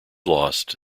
lost